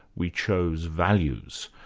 we chose values'.